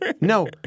no